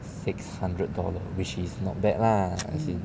six hundred dollar which is not bad lah as in